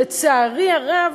שלצערי הרב,